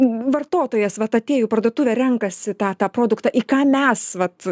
vartotojas vat atėjo į parduotuvę renkasi tą tą produktą į ką mes vat